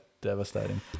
devastating